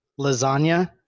lasagna